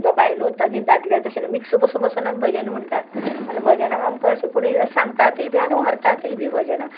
जावं बायलो आतां आनी दादले तशें न्हू मिक्स बसून बसून आमी भजन म्हणटात आनी भजनाक आमकां अशें कोणी सांगतातय बी आनी व्हरतातय बी भजनाक